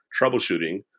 troubleshooting